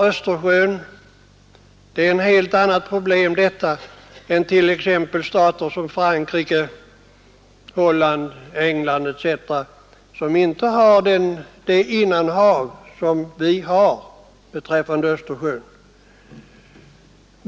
Östersjön representerar ett helt annat problem än vad som gäller för t.ex. stater som Frankrike, Holland, England etc., där man inte har något innanhav som Östersjön.